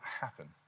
happen